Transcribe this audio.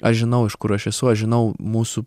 aš žinau iš kur aš esu aš žinau mūsų